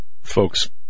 folks